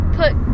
put